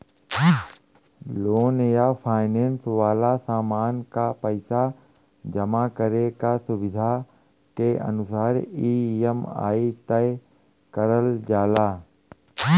loan या finance वाला सामान क पइसा जमा करे क सुविधा के अनुसार ई.एम.आई तय करल जाला